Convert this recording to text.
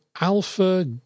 Alpha